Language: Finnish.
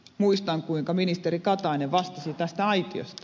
muistan kuinka ministeri katainen vastasi tästä aitiosta